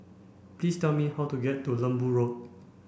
please tell me how to get to Lembu Road